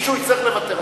מישהו יצטרך לוותר.